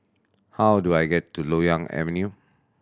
how do I get to Loyang Avenue